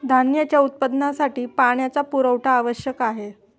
धान्याच्या उत्पादनासाठी पाण्याचा पुरवठा आवश्यक आहे